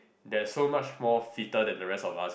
that is so much more fitter than the rest of us